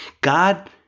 God